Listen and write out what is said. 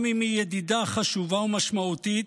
גם אם היא ידידה חשובה ומשמעותית,